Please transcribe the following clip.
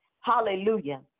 hallelujah